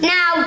Now